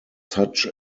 such